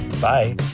Bye